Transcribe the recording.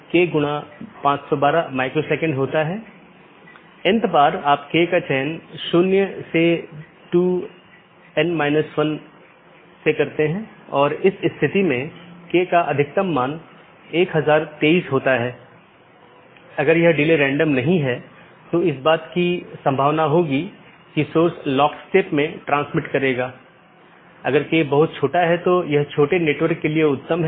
इसलिए जो हम देखते हैं कि मुख्य रूप से दो तरह की चीजें होती हैं एक है मल्टी होम और दूसरा ट्रांजिट जिसमे एक से अधिक कनेक्शन होते हैं लेकिन मल्टी होमेड के मामले में आप ट्रांजिट ट्रैफिक की अनुमति नहीं दे सकते हैं और इसमें एक स्टब प्रकार की चीज होती है जहां केवल स्थानीय ट्रैफ़िक होता है मतलब वो AS में या तो यह उत्पन्न होता है या समाप्त होता है